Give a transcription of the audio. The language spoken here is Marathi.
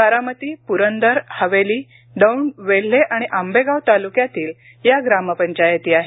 बारामती पुरंदर हवेली दौंड वेल्हे आणि आंबेगाव तालुक्यातील या ग्रामपंचायती आहेत